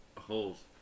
holes